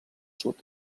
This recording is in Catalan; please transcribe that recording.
sud